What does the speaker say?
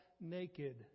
naked